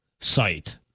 site